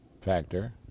factor